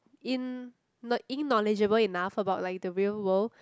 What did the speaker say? in in knowledgeable enough about like the real world